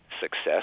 success